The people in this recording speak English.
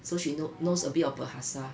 so she know knows a bit of bahasa